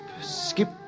skip